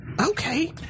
Okay